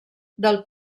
del